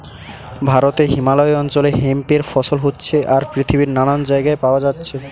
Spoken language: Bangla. ভারতে হিমালয় অঞ্চলে হেম্প এর ফসল হচ্ছে আর পৃথিবীর নানান জাগায় পায়া যাচ্ছে